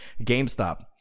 GameStop